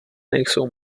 nejsou